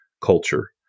culture